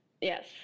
yes